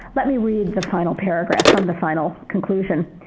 let me read the final paragraph from the final conclusion.